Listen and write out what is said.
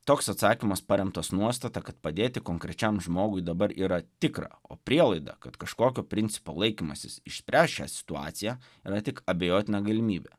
toks atsakymas paremtas nuostata kad padėti konkrečiam žmogui dabar yra tikra o prielaida kad kažkokio principo laikymasis išspręs šią situaciją yra tik abejotina galimybė